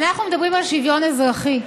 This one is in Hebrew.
אנחנו מדברים על שוויון אזרחי,